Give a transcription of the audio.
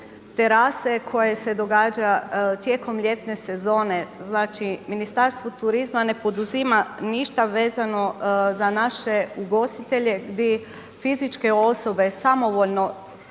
terase koje se događa tijekom ljetne sezone. Znači Ministarstvo turizma ne poduzima ništa vezano za naše ugostitelje gdje fizičke osobe samovoljno